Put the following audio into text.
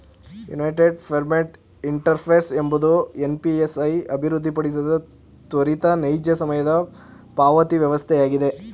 unified payments interface ಎಂಬುದು NPCI ಅಭಿವೃದ್ಧಿಪಡಿಸಿದ ತ್ವರಿತ ನೈಜ ಸಮಯದ ಪಾವತಿವಸ್ಥೆಯಾಗಿದೆ